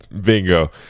Bingo